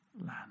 land